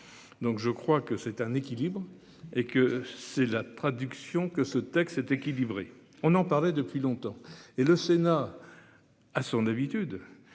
Donc je crois que c'est un équilibre et que c'est la traduction que ce texte est équilibré on en parlait depuis longtemps et le Sénat. À son habitude,